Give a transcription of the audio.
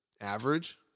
average